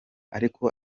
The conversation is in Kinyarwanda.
ariko